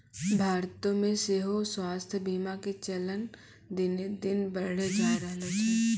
भारतो मे सेहो स्वास्थ्य बीमा के चलन दिने दिन बढ़ले जाय रहलो छै